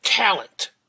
Talent